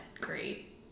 great